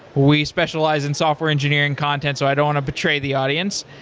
we specialize in software engineering contents, so i don't want to betray the audience.